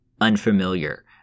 unfamiliar